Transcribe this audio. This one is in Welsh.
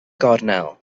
gornel